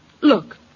Look